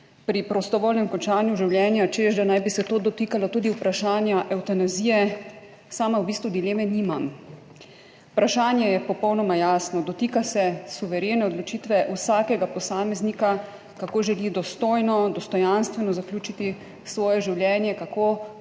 pri prostovoljnem končanju življenja, češ da naj bi se to dotikalo tudi vprašanja evtanazij sama v bistvu dileme nimam. Vprašanje je popolnoma jasno. Dotika se suverene odločitve vsakega posameznika, kako želi dostojno, dostojanstveno zaključiti svoje življenje, kako